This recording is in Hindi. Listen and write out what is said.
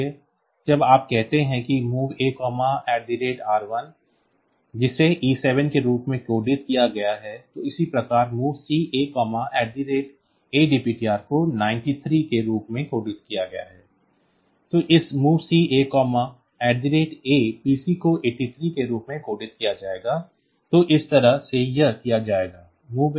इसलिए जब आप कहते हैं कि MOV A R1 जिसे E7 के रूप में कोडित किया गया है तो इसी प्रकार MOVC A A dptr को 93 के रूप में कोडित किया गया है तो इस MOVC A A PC को 83 के रूप में कोडित किया जाएगा तो इस तरह से यह किया जाएगा